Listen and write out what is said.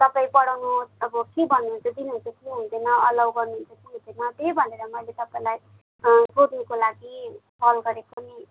तपाईँ पढाउनुहोस् अब के भन्नुहुन्छ दिनुहुन्छ कि हुँदैन अलाउ गर्नुहुन्छ कि हुँदैन त्यही भएर मैले तपाईँलाई सोध्नुको लागि कल गरेको नि